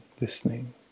listening